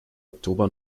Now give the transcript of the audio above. oktober